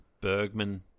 Bergman